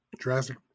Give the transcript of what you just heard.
Jurassic